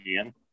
again